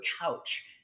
couch